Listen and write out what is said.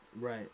right